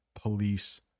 police